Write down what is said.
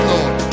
Lord